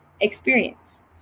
experience